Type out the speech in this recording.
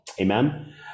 Amen